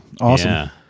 Awesome